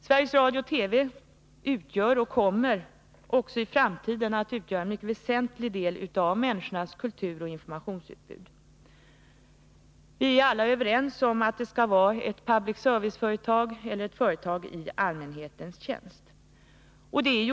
Sveriges Radio-TV svarar för, och kommer också i framtiden att svara för, en mycket väsentlig del av människornas kulturoch informationsutbud. Vi är alla överens om att det skall vara ett företag i allmänhetens tjänst.